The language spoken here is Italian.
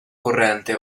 corrente